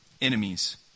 Enemies